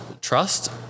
trust